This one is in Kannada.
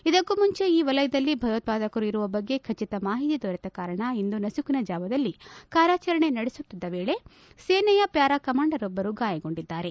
ಇದಕ್ಕೂ ಮುಂಚೆ ಈ ವಲಯದಲ್ಲಿ ಭಯೋತ್ಪಾದಕರು ಇರುವ ಬಗ್ಗೆ ಖಚಿತ ಮಾಹಿತಿ ದೊರೆತ ಕಾರಣ ಇಂದು ನಸುಕಿನ ಜಾವದಲ್ಲಿ ಕಾರ್ಯಾಚರಣೆ ನಡೆಸುತ್ತಿದ್ದ ವೇಳೆ ಸೇನೆಯ ಪ್ಯಾರಾ ಕಮಾಂಡರೊಬ್ಬರು ಗಾಯಗೊಂಡಿದ್ದಾರೆ